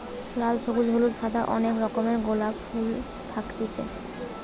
লাল, সবুজ, হলুদ, সাদা অনেক রকমের গোলাপ ফুল থাকতিছে